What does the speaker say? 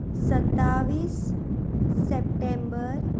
सत्तावीस सप्टेंबर